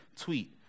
tweet